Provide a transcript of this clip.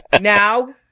Now